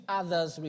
others